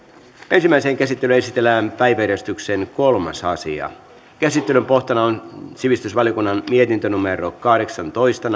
ensimmäiseen käsittelyyn esitellään päiväjärjestyksen kolmas asia käsittelyn pohjana on sivistysvaliokunnan mietintö kahdeksantoista